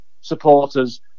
supporters